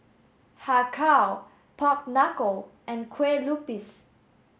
Har Kow pork knuckle and Kue Lupis